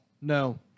No